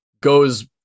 goes